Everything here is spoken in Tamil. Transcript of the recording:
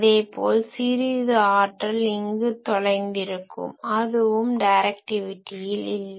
அதே போல் சிறிது ஆற்றல் இங்கு தொலைந்திருக்கும் அதுவும் டைரக்டிவிட்டியில் இல்லை